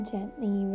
Gently